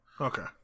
Okay